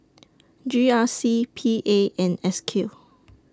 G R C P A and S Q